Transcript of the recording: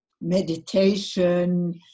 meditation